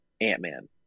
ant-man